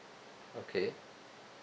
okay